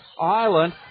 island